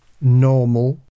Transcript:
normal